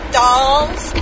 dolls